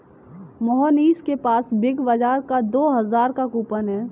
मोहनीश के पास बिग बाजार का दो हजार का कूपन है